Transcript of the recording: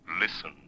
listen